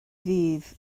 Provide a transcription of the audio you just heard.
ddydd